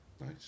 Nice